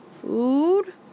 Food